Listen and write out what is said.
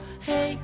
Hey